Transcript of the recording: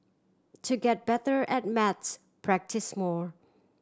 to get better at maths practise more